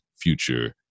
future